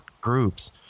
groups